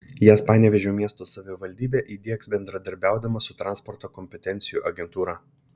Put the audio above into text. jas panevėžio miesto savivaldybė įdiegs bendradarbiaudama su transporto kompetencijų agentūra